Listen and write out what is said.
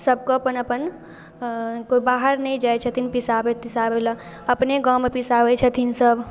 सबके अपन अपन कोइ बाहर नहि जाए छथिन पिसाबै तिसाबैलए अपने गाममे पिसाबै छथिन सब